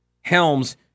Helms